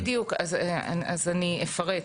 אז בדיוק, אני אפרט.